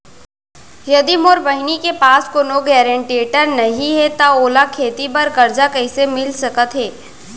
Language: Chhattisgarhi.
यदि मोर बहिनी के पास कोनो गरेंटेटर नई हे त ओला खेती बर कर्जा कईसे मिल सकत हे?